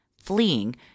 Fleeing